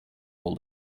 all